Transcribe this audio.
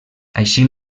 així